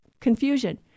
confusion